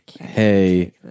hey